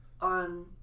on